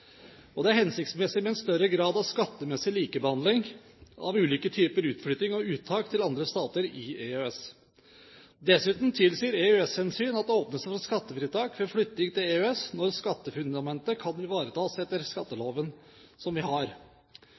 Det er hensiktsmessig med en større grad av skattemessig likebehandling av ulike typer utflytting og uttak til andre stater i EØS. Dessuten tilsier EØS-hensyn at det åpnes for skattefritak ved flytting til EØS når skattefundamentet kan ivaretas etter den skatteloven vi har.